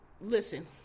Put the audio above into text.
listen